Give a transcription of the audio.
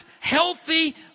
healthy